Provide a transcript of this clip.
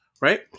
right